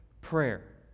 prayer